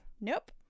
Nope